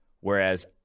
whereas